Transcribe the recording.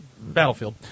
Battlefield